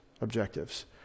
objectives